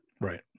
Right